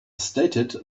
stated